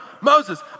Moses